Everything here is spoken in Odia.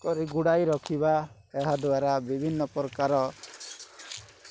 କରି ଘୁଡ଼ାଇ ରଖିବା ଏହା ଦ୍ଵାରା ବିଭିନ୍ନ ପ୍ରକାର